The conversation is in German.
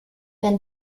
wenn